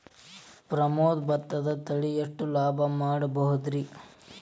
ಪ್ರಮೋದ ಭತ್ತದ ತಳಿ ಎಷ್ಟ ಲಾಭಾ ಮಾಡಬಹುದ್ರಿ?